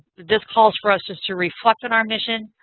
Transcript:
this calls for us just to reflect on our mission,